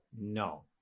No